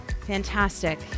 Fantastic